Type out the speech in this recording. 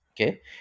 okay